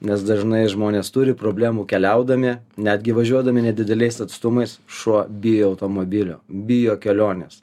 nes dažnai žmonės turi problemų keliaudami netgi važiuodami nedideliais atstumais šuo bijo automobilio bijo kelionės